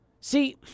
See